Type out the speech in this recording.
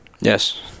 Yes